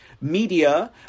media